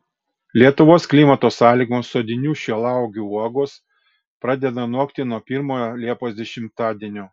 lietuvos klimato sąlygomis sodinių šilauogių uogos pradeda nokti nuo pirmojo liepos dešimtadienio